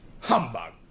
Humbug